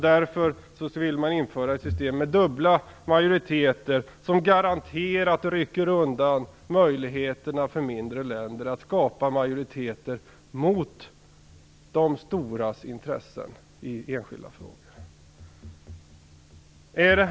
Därför vill man införa ett system med dubbla majoriteter, som garanterat rycker undan möjligheterna för mindre länder att skapa majoriteter mot de storas intressen i enskilda frågor.